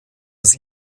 sie